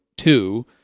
two